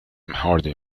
hardy